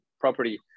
property